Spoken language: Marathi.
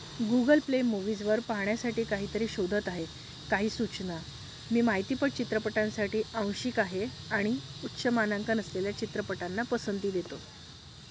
गुगल प्ले मूव्हीजवर पाहण्यासाठी काहीतरी शोधत आहे काही सूचना मी माहितीपट चित्रपटांसाठी आंशिक आहे आणि उच्च मानांकन असलेल्या चित्रपटांना पसंती देतो